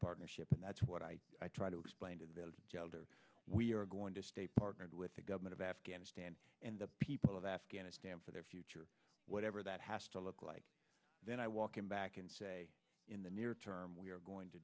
partnership and that's what i tried to explain to develop jailed or we are going to stay partnered with the government of afghanistan and the people of afghanistan for their future whatever that has to look like then i walk him back and say in the near term we're going to